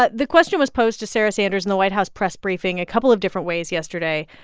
but the question was posed to sarah sanders in the white house press briefing a couple of different ways yesterday.